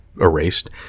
erased